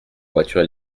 voiture